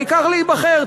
העיקר להיבחר,